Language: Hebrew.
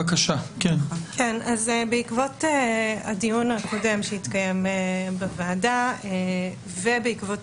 בעקבות הדיון הקודם שהתקיים בוועדה ובעקבות